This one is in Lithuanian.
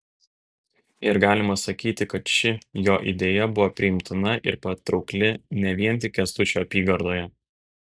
ir galima sakyti kad ši jo idėja buvo priimtina ir patraukli ne vien tik kęstučio apygardoje